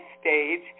stage